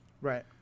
Right